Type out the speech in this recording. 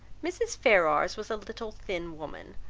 mrs. ferrars was a little, thin woman,